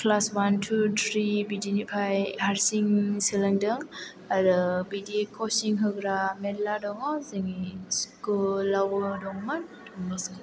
class one to three बिदिनिफाय हारसिं सोलोंदों आरो बिदि कसिं होग्रा मेल्ला दङ जोंनि स्कुलआव दंमोन दन बस्क' आव